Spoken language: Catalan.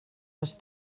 les